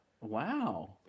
Wow